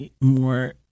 more